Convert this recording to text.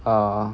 err